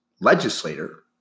legislator